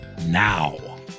now